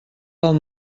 del